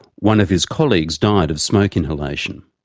one of his colleagues died of smoke inhalation.